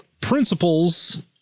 principles